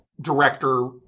director